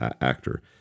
actor